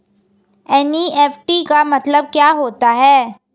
NEFT का मतलब क्या होता है?